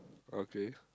okay